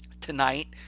tonight